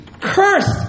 Cursed